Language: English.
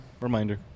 Reminder